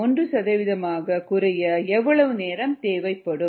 1 சதவீதமாகக் குறைய எவ்வளவு நேரம் தேவைப்படும்